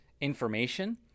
information